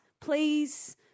please